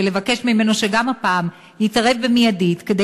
ולבקש ממנו שגם הפעם יתערב מיידית כדי